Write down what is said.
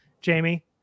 Jamie